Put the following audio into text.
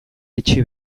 etxe